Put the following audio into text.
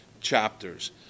chapters